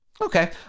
Okay